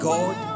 God